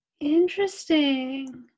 interesting